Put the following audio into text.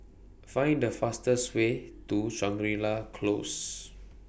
Find The fastest Way to Shangri La Close